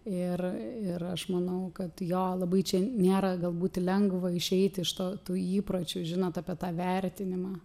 ir ir aš manau kad jo labai čia nėra gal būti lengva išeiti iš to tų įpročių žinot apie tą vertinimą